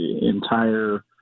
entire